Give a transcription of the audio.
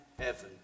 heaven